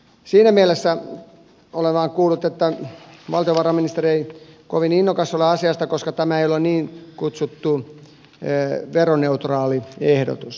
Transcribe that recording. siinä mielessä olen vain kuullut että valtiovarainministeri ei kovin innokas ole asiasta koska tämä ei ole niin kutsuttu veroneutraali ehdotus